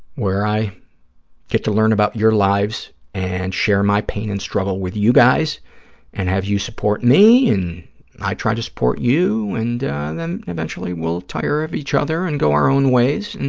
where i get to learn about your lives and share my pain and struggle with you guys and have you support me and i try to support you, and then eventually we'll tire of each other and go our own ways,